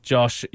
Josh